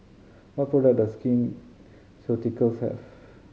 what products does Skin Ceuticals have